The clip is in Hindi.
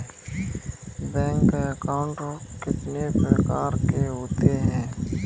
बैंक अकाउंट कितने प्रकार के होते हैं?